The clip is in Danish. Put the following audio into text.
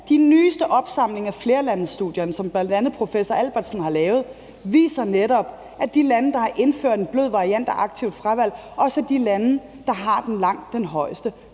De nyeste opsamlinger af flerlandestudierne, som bl.a. professor Albertsen har lavet, viser netop, at de lande, der har indført en blød variant af aktivt fravalg, også er de lande, der har langt den højeste